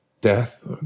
death